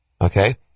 Okay